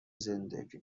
زندگی